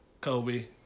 Kobe